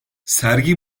sergi